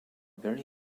very